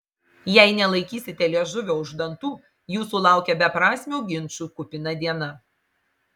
jei nelaikysite liežuvio už dantų jūsų laukia beprasmių ginčų kupina diena